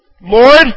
Lord